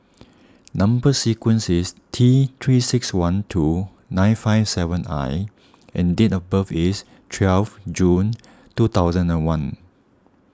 Number Sequence is T three six one two nine five seven I and date of birth is twelve June two thousand and one